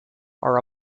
are